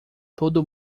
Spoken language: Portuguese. todo